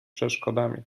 przeszkodami